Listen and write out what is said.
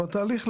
והתהליך,